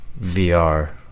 vr